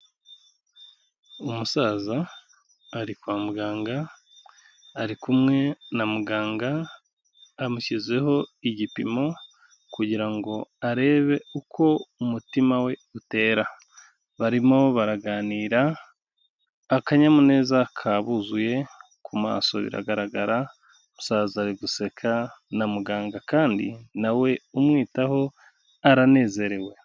Umusaza ari kwa muganga ari kumwe na muganga amushyizeho igipimo kugira ngo arebe uko umutima we utera, barimo baraganira akanyamuneza kabuzuye ku maso biragaragara umusaza ari guseka na muganga kandi nawe umwitaho aranezerewe.